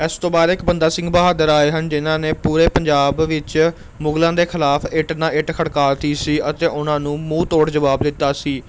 ਇਸ ਤੋਂ ਬਾਅਦ ਇੱਕ ਬੰਦਾ ਸਿੰਘ ਬਹਾਦਰ ਆਏ ਹਨ ਜਿਨ੍ਹਾਂ ਨੇ ਪੂਰੇ ਪੰਜਾਬ ਵਿੱਚ ਮੁਗਲਾਂ ਦੇ ਖਿਲਾਫ ਇੱਟ ਨਾਲ ਇੱਟ ਖੜਕਾ ਤੀ ਸੀ ਅਤੇ ਉਹਨਾਂ ਨੂੰ ਮੂੰਹ ਤੋੜ ਜਵਾਬ ਦਿੱਤਾ ਸੀ